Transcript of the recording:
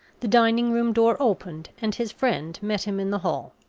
the dining-room door opened and his friend met him in the hall.